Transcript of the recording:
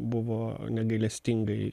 buvo negailestingai